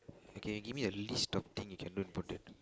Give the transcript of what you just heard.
okay give me a list of thing you can do with potato